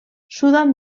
sudan